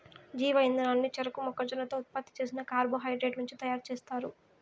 జీవ ఇంధనాన్ని చెరకు, మొక్కజొన్నతో ఉత్పత్తి చేసిన కార్బోహైడ్రేట్ల నుంచి తయారుచేస్తారు